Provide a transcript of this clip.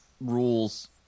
Rules